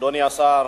אדוני השר,